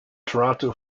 toronto